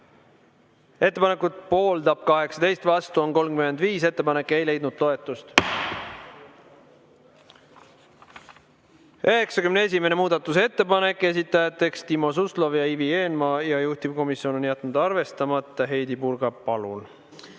Ettepanekut pooldab 18, vastu on 35. Ettepanek ei leidnud toetust.91. muudatusettepanek, esitajad Timo Suslov ja Ivi Eenmaa, juhtivkomisjon on jätnud arvestamata. Heidy Purga, palun!